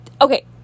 okay